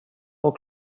och